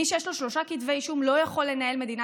מי שיש לו שלושה כתבי אישום לא יכול לנהל מדינה,